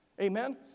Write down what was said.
Amen